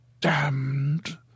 damned